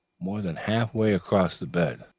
more than half-way across the bed.